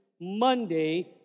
Monday